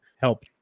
help